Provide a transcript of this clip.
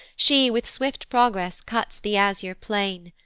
she with swift progress cuts the azure plain,